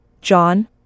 John